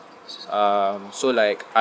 um so like